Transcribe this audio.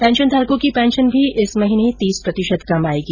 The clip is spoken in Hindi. पेंशनधारकों की पेंशन भी इस महीने तीस प्रतिशत कम आयेगी